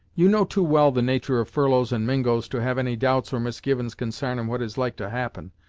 you know too well the natur' of furloughs and mingos to have any doubts or misgivin's consarnin' what is like to happen,